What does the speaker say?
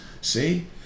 See